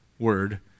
word